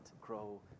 grow